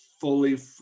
fully